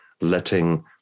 letting